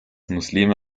muslime